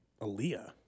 Aaliyah